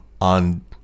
on